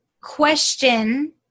question